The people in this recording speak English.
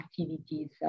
activities